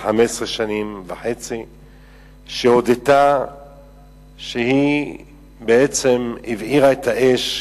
15.5 שנים שהודתה שהיא בעצם הבעירה את האש,